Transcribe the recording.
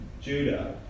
Judah